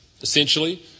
essentially